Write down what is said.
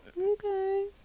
okay